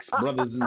brothers